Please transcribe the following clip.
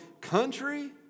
country